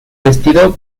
vestido